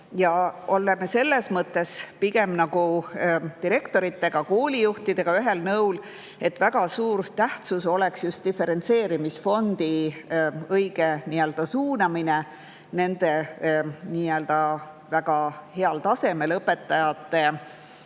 Oleme selles mõttes pigem direktoritega, koolijuhtidega ühel nõul, et väga tähtis on just diferentseerimisfondi õige suunamine väga heal tasemel õpetajate